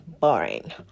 boring